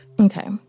Okay